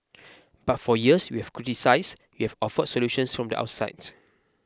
but for years you have criticised you have offered solutions from the outsides